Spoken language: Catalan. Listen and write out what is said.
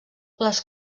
les